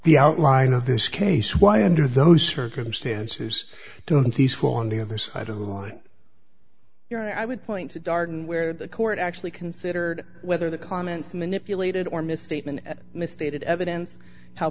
the outline of this case why under those circumstances don't tease fall on the other side of the line here i would point to darden where the court actually considered whether the comments manipulated or misstatement misstated evidence how